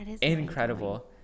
incredible